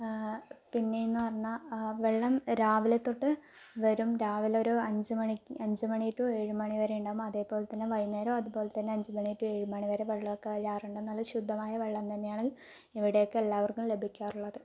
പിന്നേന്ന് പറഞ്ഞാൽ വെള്ളം രാവിലേ തൊട്ട് വരും രാവിലെ ഒരു അഞ്ച് മണിക്ക് അഞ്ച് മണി റ്റു ഏഴു മണി വരെ ഉണ്ടാകും അതേപോലെ തന്നേ വൈകുന്നേരവും അതുപോലെ തന്നേ അഞ്ച് മണി റ്റു ഏഴു മണി വരേ വെള്ളമൊക്കേ വരാറുണ്ട് നല്ല ശുദ്ധമായ വെള്ളം തന്നെയാണത് ഇവിടേയൊക്കേ എല്ലാവർക്കും ലഭിക്കാറുള്ളത്